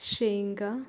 ಶೇಂಗ